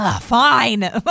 Fine